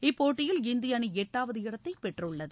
இப்போட்டியில் இந்திய அணி எட்டாவது இடத்தை பெற்றுள்ளது